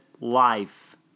life